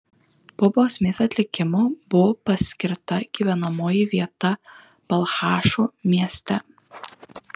po bausmės atlikimo buvo paskirta gyvenamoji vieta balchašo mieste